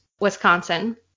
Wisconsin